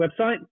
website